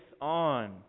on